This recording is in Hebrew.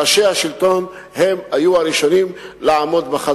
ראשי השלטון המקומי היו הראשונים לעמוד בחזית.